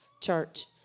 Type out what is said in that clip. church